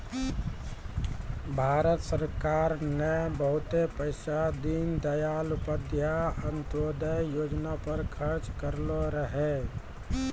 भारत सरकार ने बहुते पैसा दीनदयाल उपाध्याय अंत्योदय योजना पर खर्च करलो रहै